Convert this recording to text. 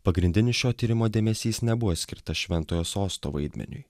pagrindinis šio tyrimo dėmesys nebuvo skirtas šventojo sosto vaidmeniui